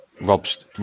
Rob's